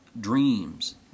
dreams